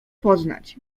poznać